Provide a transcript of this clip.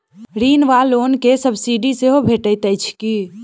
ऋण वा लोन केँ सब्सिडी सेहो भेटइत अछि की?